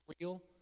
real